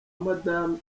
madame